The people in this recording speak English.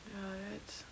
ya that's